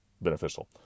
beneficial